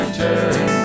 turn